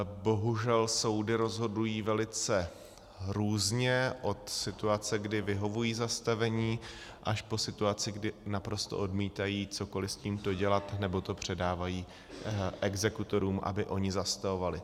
Bohužel soudy rozhodují velice různě, od situace, kdy vyhovují zastavení, až po situaci, kdy naprosto odmítají cokoliv s tímto dělat nebo to předávají exekutorům, aby oni zastavovali.